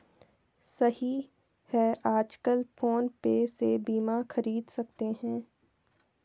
सही है आजकल फ़ोन पे से बीमा ख़रीद सकते हैं